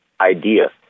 idea